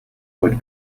would